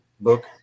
book